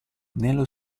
nello